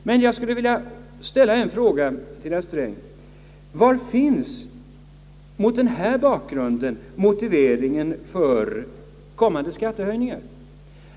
Men jag skulle vilja fråga herr Sträng: Var finns mot denna bakgrund motiveringen för kommande skattehöjningar?